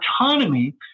Autonomy